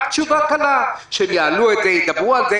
רק תשובה קצרה: שהם יעלו את זה, ידברו על זה.